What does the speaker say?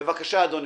בבקשה, אדוני.